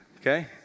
Okay